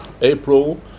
April